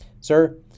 Sir